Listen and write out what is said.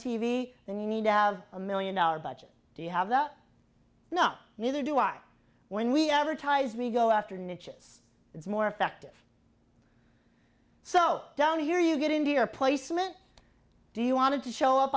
then you need to have a million dollar budget do you have that no neither do i when we advertise we go after niches it's more effective so down here you get into your placement do you want to show up